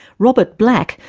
robert black,